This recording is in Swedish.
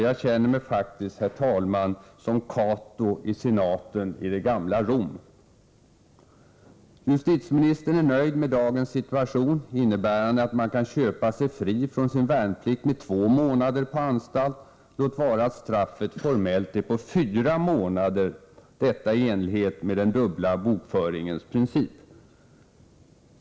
Jag känner mig faktiskt, herr talman, som Cato i senaten i det gamla Rom. Justitieministern är nöjd med dagens situation, innebärande att man kan köpa sig fri från sin värnplikt med två månader på anstalt — låt vara att straffet formellt är på fyra månader, detta i enlighet med den dubbla bokföringens princip.